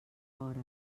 hora